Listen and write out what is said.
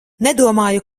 nedomāju